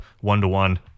one-to-one